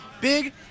Big